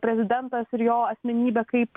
prezidentas ir jo asmenybė kaip